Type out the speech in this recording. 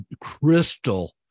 crystal